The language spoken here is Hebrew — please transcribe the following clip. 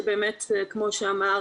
כמו שאמר